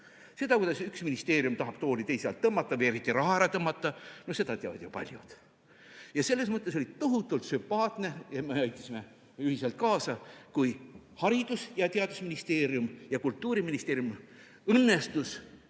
kas üks ministeerium tahab tooli teise alt tõmmata või eriti raha ära tõmmata. No seda teavad ju paljud. Selles mõttes oli tohutult sümpaatne ja me aitasime sellele ühiselt kaasa, et Haridus- ja Teadusministeerium ja Kultuuriministeerium õnnestus